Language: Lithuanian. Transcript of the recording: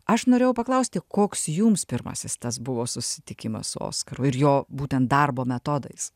aš norėjau paklausti koks jums pirmasis tas buvo susitikimas su oskaru ir jo būtent darbo metodais